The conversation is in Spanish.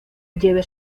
lleve